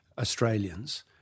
Australians